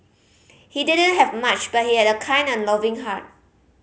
he didn't have much but he had a kind and loving heart